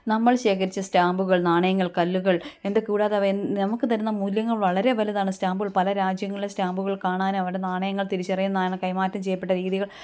നമ്മൾ ശേഖരിച്ച സ്റ്റാമ്പുകൾ നാണയങ്ങൾ കല്ലുകൾ എന്ത് കൂടാതെ നമുക്ക് തരുന്ന മൂല്യങ്ങൾ വളരെ വലുതാണ് സ്റ്റാമ്പുകൾ പല രാജ്യങ്ങളിലെ സ്റ്റാമ്പുകൾ കാണാനും അവരുടെ നാണയങ്ങൾ തിരിച്ചറിയുന്ന കൈമാറ്റം ചെയ്യപ്പെട്ട രീതികൾ